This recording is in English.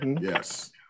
Yes